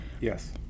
Yes